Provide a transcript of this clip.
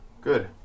good